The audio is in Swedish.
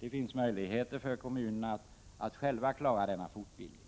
Kommunerna har möjligheter att själva klara denna fortbildning.